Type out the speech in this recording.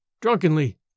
drunkenly